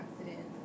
accident